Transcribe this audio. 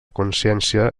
consciència